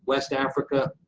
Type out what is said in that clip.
west africa,